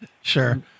Sure